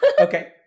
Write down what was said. Okay